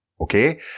okay